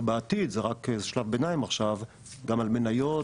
ובעתיד, זה רק שלב ביניים עכשיו, גם על מניות,